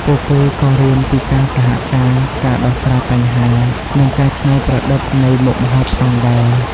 ពួកគេក៏រៀនពីការសហការ ការដោះស្រាយបញ្ហា និងការច្នៃប្រឌិតនៃមុខម្ហូបផងដែរ ។